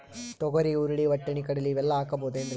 ತೊಗರಿ, ಹುರಳಿ, ವಟ್ಟಣಿ, ಕಡಲಿ ಇವೆಲ್ಲಾ ಹಾಕಬಹುದೇನ್ರಿ?